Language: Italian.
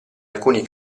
alcuni